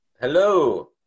Hello